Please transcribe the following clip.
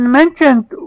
mentioned